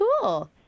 cool